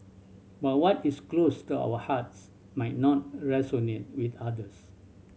but what is close to our hearts might not resonate with others